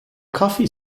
coffee